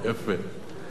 הוא מנסה, יפה.